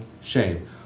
shame